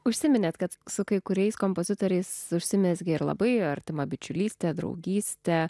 užsiminėte kad su kai kuriais kompozitoriais užsimezgė ir labai artimą bičiulystę draugystę